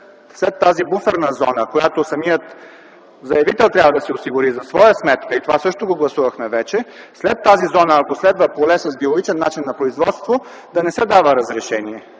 след тази буферна зона, която самият заявител трябва да си осигури за своя сметка. Това също гласувахме вече. След тази зона, ако следва поле с биологичен начин на производство, да не се дава разрешение